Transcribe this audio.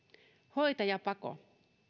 hoitajapako